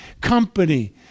company